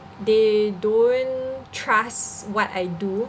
they don't trust what I do